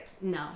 no